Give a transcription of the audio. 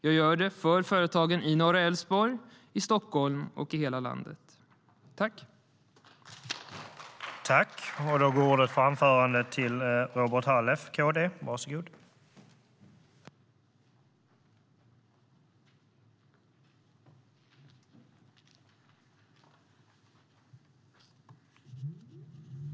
Jag gör det för företagen i norra Älvsborg, i Stockholm och i hela landet.I detta anförande instämde Sten Bergheden, Erik Ottoson, Edward Riedl, Jessica Rosencrantz och Boriana Åberg samt Anders Åkesson och Robert Halef .